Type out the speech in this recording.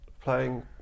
playing